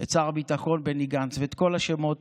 את שר הביטחון בני גנץ ואת כל השמות